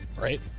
right